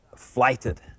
flighted